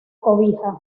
cobija